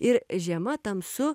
ir žiema tamsu